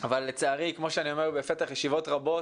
אבל לצערי, כמו שאני אומר בפתח ישיבות רבות